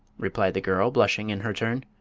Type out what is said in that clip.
replied the girl, blushing in her turn,